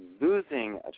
losing